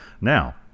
Now